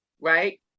right